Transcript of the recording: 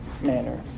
manner